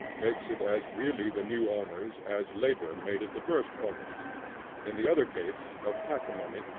makes it as really the new owner's, as labor made it the first owner's in the other case, of patrimony,